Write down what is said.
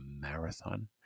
marathon